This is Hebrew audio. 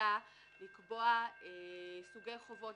לוועדה לקבוע סוגי חובות,